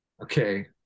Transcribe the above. okay